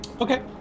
Okay